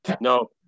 no